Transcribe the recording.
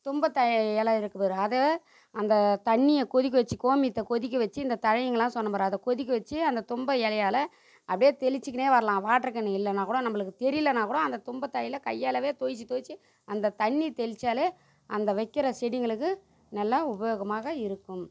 தும்பத்தழை இல இருக்குப்பார் அதை அந்த தண்ணியை கொதிக்க வச்சு கோமியத்தை கொதிக்க வச்சு இந்த தழைங்கலாம் சொன்னேம்பார் அதை கொதிக்க வச்சு அந்த தும்பை இலையால அப்படியே தெளிச்சிக்கினா வரலாம் வாட்ரு கேன் இல்லைனா கூட நம்மளுக்கு தெரியலனாக் கூட அந்த தும்பைத் தழையில் கையாலேவே தொயித்து தொயித்து அந்த தண்ணி தெளிச்சால் அந்த வைக்கின்ற செடிங்களுக்கு நல்லா உபயோகமாக இருக்கும்